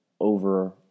over